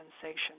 sensation